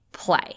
play